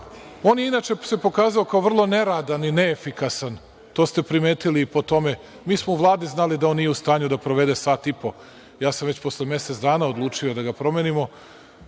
se, inače, pokazao kao vrlo neradan i neefikasan, to ste primetili. Mi smo u Vladi znali da on nije u stanju da provede sat i po. Ja sam već posle mesec dana odlučio da ga promenimo,